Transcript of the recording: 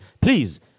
please